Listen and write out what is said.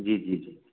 जी जी